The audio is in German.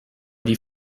die